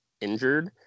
injured